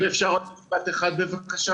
אם אפשר עוד משפט אחד, בבקשה.